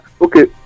okay